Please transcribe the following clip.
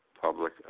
public